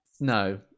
No